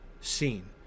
seen